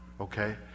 okay